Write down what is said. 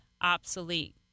obsolete